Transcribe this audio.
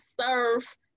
serve